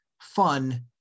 fun